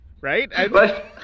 right